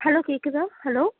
hello கேட்குதா hello